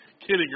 kidding